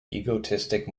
egoistic